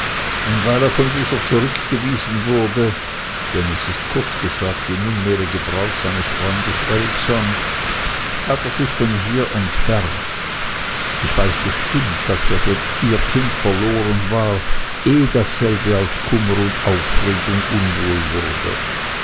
und weil er von dieser zurückgewiesen wurde denn es ist kurz gesagt die nunmehrige braut seines freundes erikson hat er sich von hier entfernt ich weiß bestimmt daß er für ihr kind verloren war eh dasselbe aus kummer und aufregung unwohl wurde